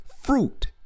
fruit